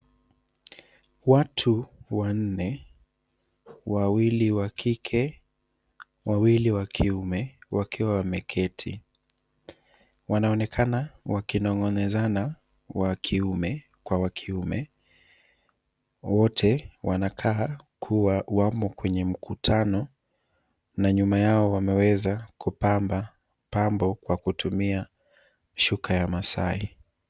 Watu wanne, wawili wa kike na wawili wa kiume, wakiwa wameketi. Wanaonekana wakizungumza, wa kiume kwa wa kiume. Wote wanaonekana kuwa wamo kwenye mkutano, na nyuma yao kuta zimepambwa kwa kutumia shuka ya Maasai.